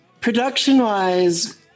Production-wise